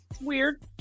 weird